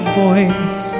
voice